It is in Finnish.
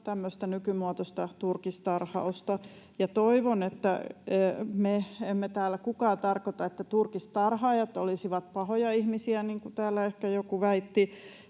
nykymuotoista turkistarhausta. Toivon, että kukaan meistä ei täällä tarkoita, että turkistarhaajat olisivat pahoja ihmisiä, niin kuin